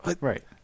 Right